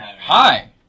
Hi